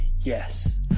Yes